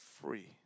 free